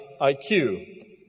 IQ